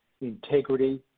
integrity